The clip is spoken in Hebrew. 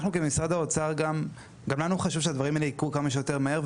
גם לנו כמשרד האוצר גם לנו חשוב שהדברים האלו יקרו כמה שיותר מהר,